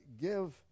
give